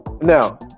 now